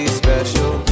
special